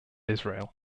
israel